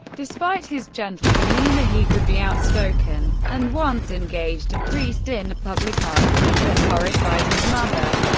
despite his gentle demeanor, he could be outspoken, and once engaged a priest in a public argument that horrified his mother,